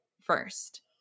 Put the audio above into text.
first